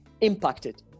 impacted